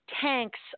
tanks